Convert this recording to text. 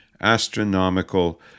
astronomical